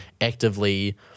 actively